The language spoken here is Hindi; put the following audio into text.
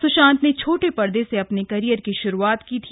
सुशांत ने छोटे पर्दे से अपने करियर की शुरुआत की थी